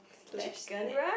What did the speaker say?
slash snack